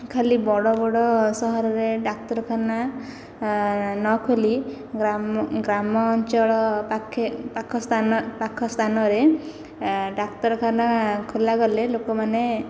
ଖାଲି ବଡ଼ ବଡ଼ ସହରରେ ଡାକ୍ତରଖାନା ନଖୋଲି ଗ୍ରାମ ଗ୍ରାମ ଅଞ୍ଚଳ ପାଖ ସ୍ଥାନ ପାଖ ସ୍ଥାନରେ ଡାକ୍ତରଖାନା ଖୋଲାଗଲେ ଲୋକମାନେ